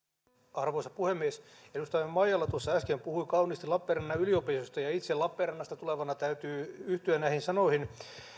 arvoisa puhemies edustaja maijala tuossa äsken puhui kauniisti lappeenrannan yliopistosta ja itse lappeenrannasta tulevana täytyy yhtyä näihin sanoihin